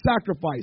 sacrifice